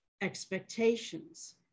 expectations